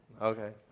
Okay